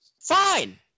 Fine